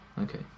Okay